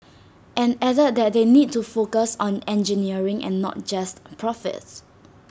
and added that they need to focus on engineering and not just profits